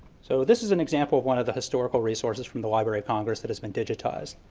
so this is an example of one of the historical resources from the library of congress that has been digitized.